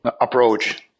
approach